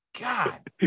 God